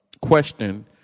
question